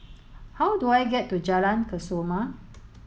how do I get to Jalan Kesoma